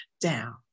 down